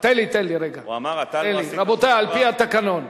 הוא אמר: אתה לא עשית דבר.